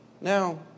Now